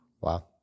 wow